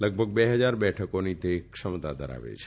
લગભગ બે હજાર બેઠકોની ક્ષમતા ધરાવે છે